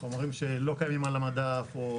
חומרים שלא קיימים על המדף או